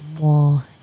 more